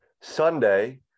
Sunday